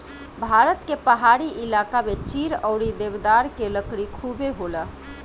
भारत के पहाड़ी इलाका में चीड़ अउरी देवदार के लकड़ी खुबे होला